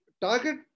target